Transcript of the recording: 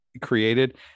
created